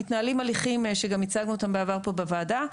מתנהלים הליכים שגם הצגנו אותם בעבר פה בוועדה,